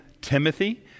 Timothy